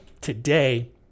today